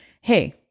hey